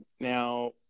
Now